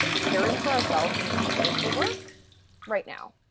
caring for ourselves and each other is the work right now.